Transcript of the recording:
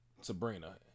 Sabrina